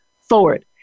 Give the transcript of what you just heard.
forward